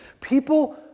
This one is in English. People